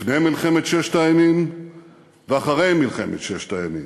לפני מלחמת ששת הימים ואחרי מלחמת ששת הימים,